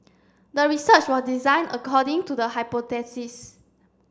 the research was designed according to the hypothesis